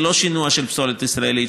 זה לא שינוע של פסולת ישראלית,